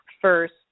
first